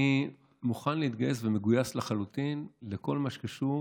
אני מוכן להתגייס ומגויס לחלוטין לכל מה שקשור